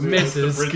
Misses